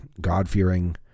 God-fearing